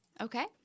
Okay